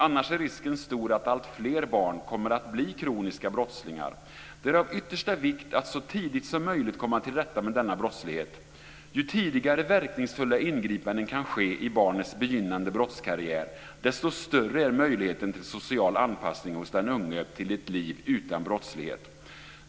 Annars är risken stor att alltfler barn kommer att bli kroniska brottslingar. Det är av yttersta vikt att så tidigt som möjligt komma till rätta med denna brottslighet. Ju tidigare verkningsfulla ingripanden kan ske i barnets begynnande brottskarriär, desto större är möjligheten till social anpassning hos den unge till ett liv utan brottslighet.